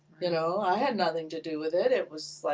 you know, i had nothing to do with it, it was, like,